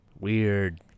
Weird